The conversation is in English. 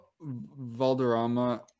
Valderrama